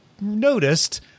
noticed